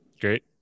Great